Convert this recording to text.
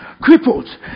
Crippled